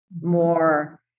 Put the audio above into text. more